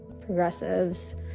progressives